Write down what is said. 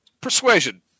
Persuasion